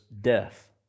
death